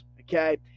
okay